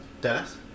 Dennis